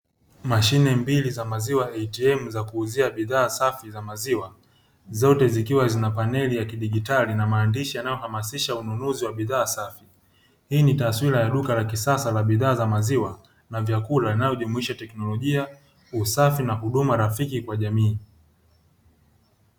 Mashine mbili za maziwa ATM za kuuzia bidhaa safi za maziwa zote zikiwa na paneli za kidijitali na maandishi ya kidijitali inayohamasisha ununuzi wa bidhaa safi, hii ni taswira ya huduma za kisasa la bidhaa ya maziwa na vyakula linalojumuisha usafi na huduma rafiki kwa jamii.